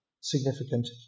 significant